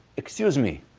excuse me,